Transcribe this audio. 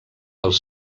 els